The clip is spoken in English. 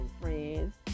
friends